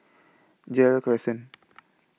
Gerald Crescent